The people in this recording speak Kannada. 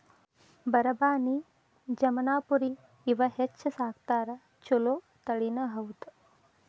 ಬರಬಾನಿ, ಜಮನಾಪುರಿ ಇವ ಹೆಚ್ಚ ಸಾಕತಾರ ಚುಲೊ ತಳಿನಿ ಹೌದ